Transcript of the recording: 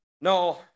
No